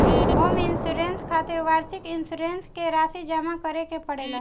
home insurance खातिर वार्षिक insurance के राशि जामा करे के पड़ेला